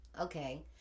Okay